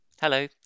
Hello